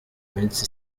iminsi